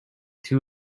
two